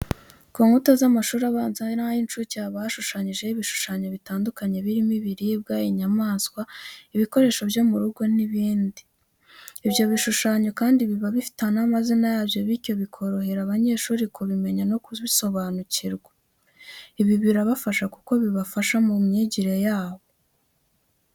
Ku nkuta z'amashuri abanza n'ay'incuke haba hashushanyijeho ibishushanyo bitandukanye birimo ibiribwa, inyamaswa, ibikoresho byo mu rugo n'ibindi. Ibyo bishushanyo kandi biba bifite n'amazina yabyo bityo bokorehera abanyeshuri kubimenya no kubisobanukirwa. Ibi birabafasha kuko bibafasha mu myigire yabo.